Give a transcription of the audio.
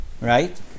right